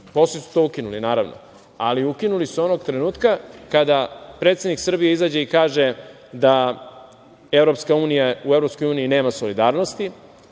Posle su to ukinuli, ali ukinuli su onog trenutka kada predsednik Srbije izađe i kaže da u EU nema solidarnosti,